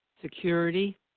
security